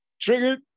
triggered